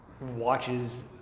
watches